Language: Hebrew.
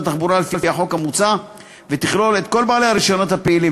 התחבורה לפי החוק המוצע ותכלול את כל בעלי הרישיונות הפעילים,